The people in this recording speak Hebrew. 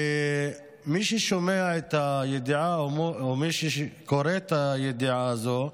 מי ששומע את הידיעה, או מי שקורא את הידיעה הזו,